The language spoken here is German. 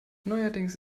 neuerdings